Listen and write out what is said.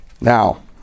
Now